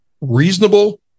reasonable